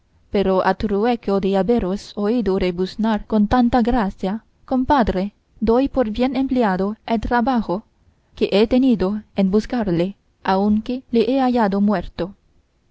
pero a trueco de haberos oído rebuznar con tanta gracia compadre doy por bien empleado el trabajo que he tenido en buscarle aunque le he hallado muerto